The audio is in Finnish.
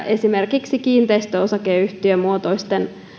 esimerkiksi kiinteistöosakeyhtiömuotoisten